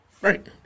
Right